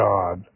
God